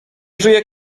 żyje